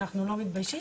אנחנו לא מתביישים,